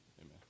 amen